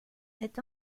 est